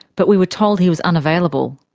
but we were told he was unavailable.